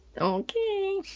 Okay